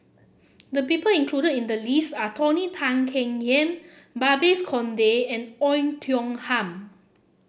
the people included in the list are Tony Tan Keng Yam Babes Conde and Oei Tiong Ham